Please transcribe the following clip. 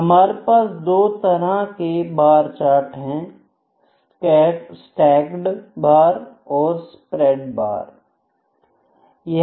हमारे पास दो तरह के बार चार्ट है स्टैक्ड बार और स्प्रेड बार